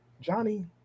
Johnny